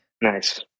Nice